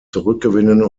zurückgewinnen